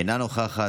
אינה נוכחת,